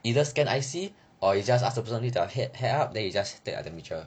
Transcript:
either scan I_C or you just ask the person lift their hair up then you just take their temperature